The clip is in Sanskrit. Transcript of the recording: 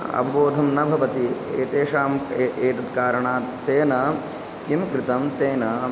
अ बोधं न भवति एतेषां ए एतत् कारणात् तेन किं कृतं तेन